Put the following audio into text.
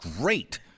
great